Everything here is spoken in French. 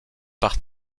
par